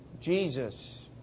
Jesus